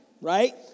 right